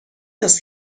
است